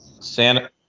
santa